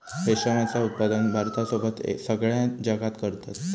रेशमाचा उत्पादन भारतासोबत सगळ्या जगात करतत